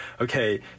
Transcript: okay